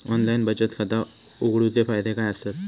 Online बचत खाता उघडूचे फायदे काय आसत?